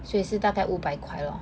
所以是大概五百块 lor